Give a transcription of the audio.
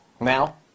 now